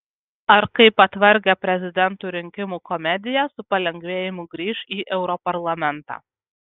ar kaip atvargę prezidentų rinkimų komediją su palengvėjimu grįš į europarlamentą